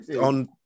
on